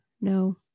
No